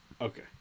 okay